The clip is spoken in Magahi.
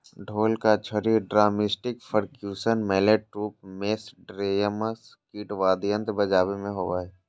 ढोल का छड़ी ड्रमस्टिकपर्क्यूशन मैलेट रूप मेस्नेयरड्रम किट वाद्ययंत्र बजाबे मे होबो हइ